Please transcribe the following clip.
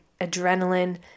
adrenaline